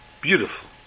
beautiful